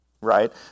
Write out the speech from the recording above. right